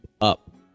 up